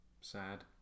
sad